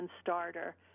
starter